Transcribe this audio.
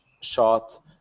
shot